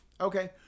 Okay